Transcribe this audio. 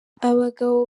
abagabo